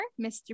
Mr